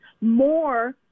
more